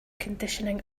conditioning